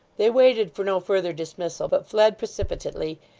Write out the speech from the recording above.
they waited for no further dismissal, but fled precipitately,